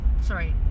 sorry